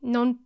Non